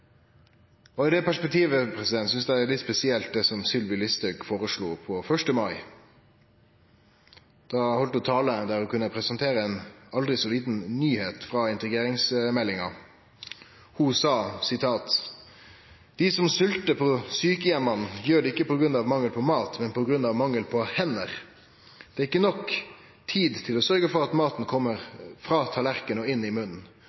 bra. I det perspektivet synest eg det er litt spesielt det som Sylvi Listhaug føreslo 1. mai. Da heldt ho ei tale der ho kunne presentere ei aldri så lita nyheit frå integreringsmeldinga. Ho sa: «De som sulter på sykehjemmene, gjør det ikke på grunn av mangel på mat, men på grunn av mangel på hender. Det er ikke nok tid til å sørge for at maten kommer fra tallerkenen og inn i munnen.